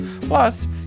Plus